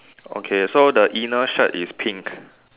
okay so the inner shirt is pink